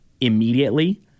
immediately